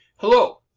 hello,